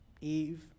Eve